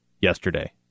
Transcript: yesterday